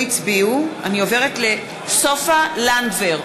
בעד סופה לנדבר,